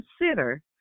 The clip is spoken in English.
consider